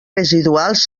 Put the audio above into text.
residuals